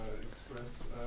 express